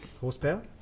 Horsepower